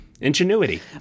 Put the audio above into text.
ingenuity